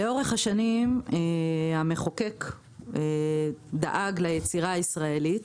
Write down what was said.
לאורך השנים המחוקק דאג ליצירה ישראלית,